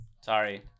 Sorry